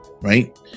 Right